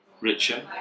richer